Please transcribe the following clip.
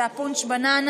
זה הפונץ'-בננה.